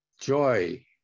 joy